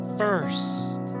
first